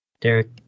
Derek